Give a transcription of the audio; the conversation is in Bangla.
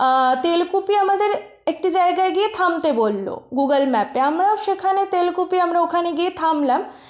তেলকুপি আমাদের একটি জায়গায় গিয়ে থামতে বললো গুগল ম্যাপে আমরাও সেখানে তেলকুপি আমরা ওখানে গিয়ে থামলাম